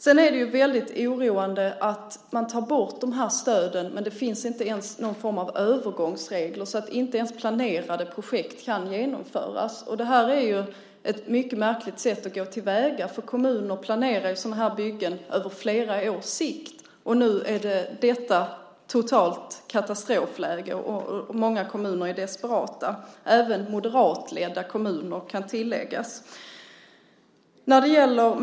Sedan är det väldigt oroande att man tar bort de här stöden och att det inte ens finns någon form av övergångsregler. Inte ens planerade projekt kan då genomföras. Och det här är ett mycket märkligt sätt att gå till väga. Kommuner planerar ju sådana här byggen över flera års sikt. Nu är det ett totalt katastrofläge, och många kommuner är desperata. Det gäller även moderatledda kommuner, kan tilläggas.